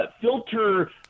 filter